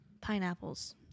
pineapples